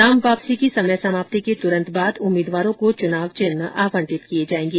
नाम वापसी की समय समाप्ति के तुरंत बाद उम्मीदवारों को चुनाव चिन्ह आवंटित किये जायेंगे